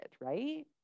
right